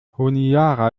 honiara